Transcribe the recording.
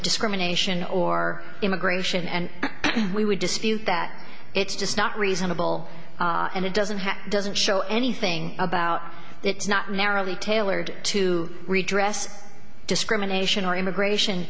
discrimination or immigration and we would dispute that it's just not reasonable and it doesn't have doesn't show anything about it's not narrowly tailored to redress discrimination or immigration